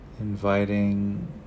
inviting